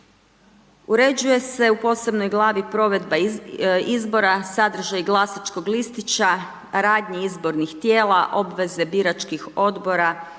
Uređuje se u posebnoj glavi provedba izbora, sadržaj glasačkog listića, radnje izbornih tijela, obveze biračkih odbora